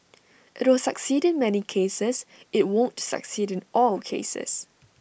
IT will succeed in many cases IT won't succeed in all cases